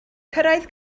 cyrraedd